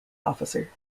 officer